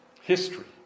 history